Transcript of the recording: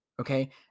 Okay